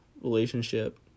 relationship